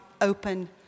open